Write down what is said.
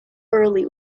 early